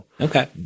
Okay